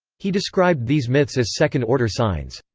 he described these myths as second-order signs.